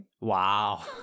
Wow